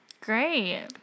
Great